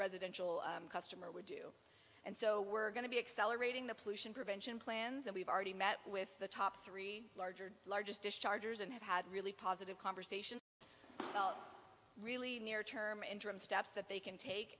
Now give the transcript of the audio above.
residential customer and so we're going to be accelerating the pollution prevention plans and we've already met with the top three larger largest chargers and have had really positive conversations well really near term interim steps that they can take